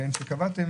שקבעתם